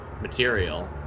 material